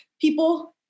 people